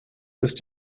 ist